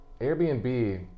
Airbnb